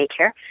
daycare